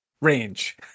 range